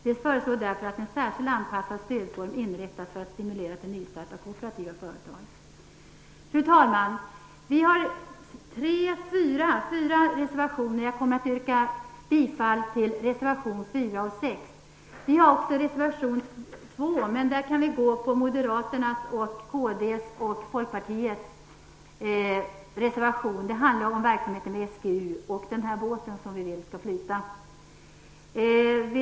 Vi föreslår därför att en särskilt anpassad stödform inrättas för att stimulera till nystart av kooperativa företag. Fru talman! Vi i Miljöpartiet har fyra reservationer, men jag yrkar bifall bara till reservationerna 4 och 6. Vi har ju också reservation 2, men i det sammanhanget kan vi ansluta oss till Moderaternas, Kristdemokraternas och Folkpartiets gemensamma reservation. Det handlar alltså om verksamheten vid SGU och om den båt som vi vill skall flyta.